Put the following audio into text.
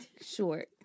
short